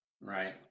Right